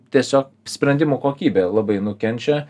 tiesiog sprendimų kokybė labai nukenčia